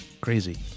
crazy